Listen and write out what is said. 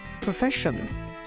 profession